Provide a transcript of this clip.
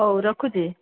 ହଉ ରଖୁଛି